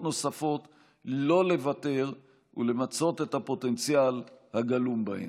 נוספות לא לוותר ולמצות את הפוטנציאל הגלום בהן.